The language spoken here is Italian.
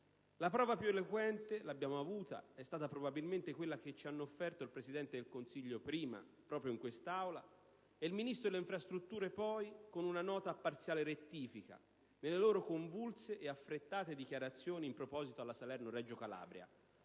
La prova più eloquente l'abbiamo avuta ed è stata probabilmente quella che ci hanno offerto il Presidente del Consiglio prima - proprio in quest'Aula - e il Ministro delle Infrastrutture poi con una nota a parziale rettifica, nelle loro convulse e affrettate dichiarazioni a proposito dell'autostrada Salerno-Reggio Calabria.